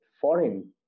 foreign